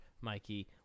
mikey